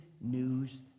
news